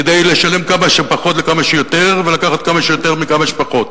כדי לשלם כמה שפחות לכמה שיותר ולקחת כמה שיותר מכמה שפחות.